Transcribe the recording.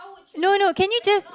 no no can you just